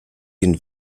den